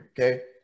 okay